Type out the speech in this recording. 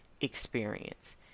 experience